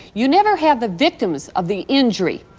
you never have the victims of the injury,